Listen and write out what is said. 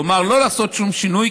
כלומר לא לעשות שום שינוי,